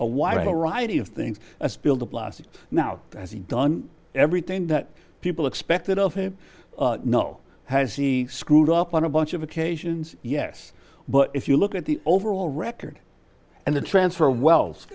a wider variety of things as bill de blasio now has he done everything that people expected of him no has he screwed up on a bunch of occasions yes but if you look at the overall record and the transfer we